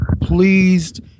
pleased